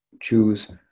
choose